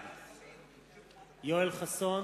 בעד יואל חסון,